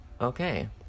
Okay